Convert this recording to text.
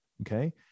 Okay